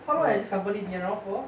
how long has this company been around for